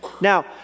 Now